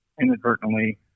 inadvertently